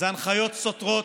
הנחיות סותרות,